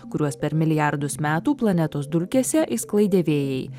kuriuos per milijardus metų planetos dulkėse išsklaidė vėjai